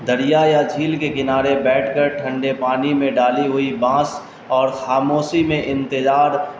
دریا یا جھیل کے کنارے بیٹھ کر ٹھنڈے پانی میں ڈالی ہوئی بانس اور خاموشی میں انتظار